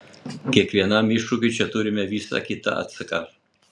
kiekvienam iššūkiui čia turime vis kitą atsaką